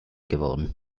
geworden